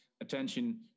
attention